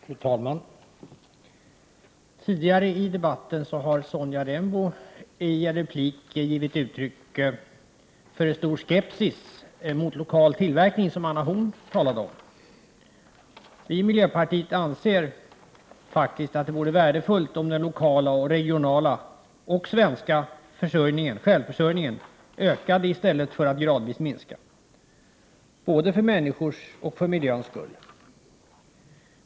Fru talman! Tidigare i debatten har Sonja Rembo i en replik givit uttryck för en stor skepsis gentemot lokal tillverkning som Anna Horn af Rantzien talade om. Vi i miljöpartiet anser faktiskt att det för såväl människors som för miljöns skull vore värdefullt om den lokala, regionala och nationella självförsörjningen ökade i stället för att gradvis minska.